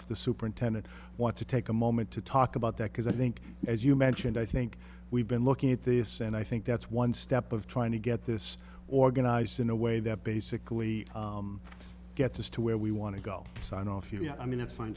off the superintendent want to take a moment to talk about that because i think as you mentioned i think we've been looking at this and i think that's one step of trying to get this organized in a way that basically gets us to where we want to go sign off you know i mean it's fine